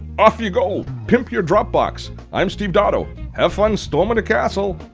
off you go. pimp your dropbox. i'm steve dotto. have fun storming the castle!